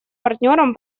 партнерам